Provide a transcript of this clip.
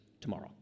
tomorrow